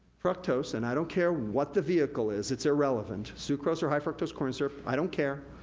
fructose, and i don't care what the vehicle is, it's irrelevant, sucrose or high fructose corn syrup, i don't care,